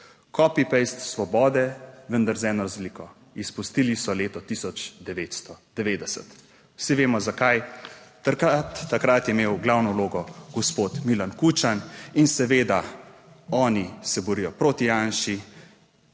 Copy paste Svobode, vendar z eno razliko, izpustili so leto 1990. Vsi vemo, zakaj. Takrat, takrat je imel glavno vlogo gospod Milan Kučan in seveda oni se borijo proti Janši.